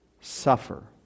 suffer